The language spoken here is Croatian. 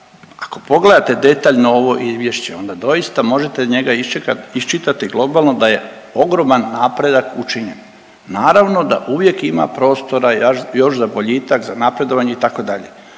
ako pogledate detaljno ovo Izvješće, onda doista možete njega iščitati globalno da je ogroman napredak učinjen, naravno da uvijek ima prostora još za boljitak, za napredovanje, itd.